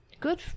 Good